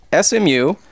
SMU